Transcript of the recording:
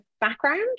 background